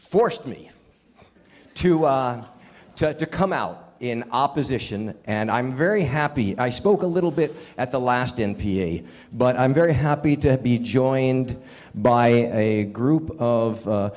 forced me to to come out in opposition and i'm very happy i spoke a little bit at the last in p but i'm very happy to be joined by a group of